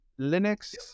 Linux